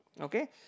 okay